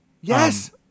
Yes